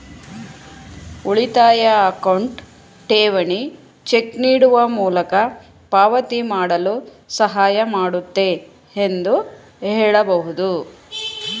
ಉಳಿತಾಯ ಅಕೌಂಟ್ ಠೇವಣಿ ಚೆಕ್ ನೀಡುವ ಮೂಲಕ ಪಾವತಿ ಮಾಡಲು ಸಹಾಯ ಮಾಡುತ್ತೆ ಎಂದು ಹೇಳಬಹುದು